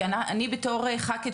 כי אני בתור חכ"ית,